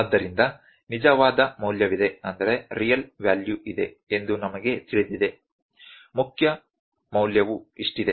ಆದ್ದರಿಂದ ನಿಜವಾದ ಮೌಲ್ಯವಿದೆ ಎಂದು ನಮಗೆ ತಿಳಿದಿದೆ ಮುಖ್ಯ ಮೌಲ್ಯವು ಇಷ್ಟಿದೆ